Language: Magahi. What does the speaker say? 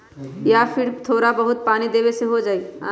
या फिर थोड़ा बहुत पानी देबे से हो जाइ?